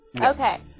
Okay